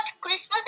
christmas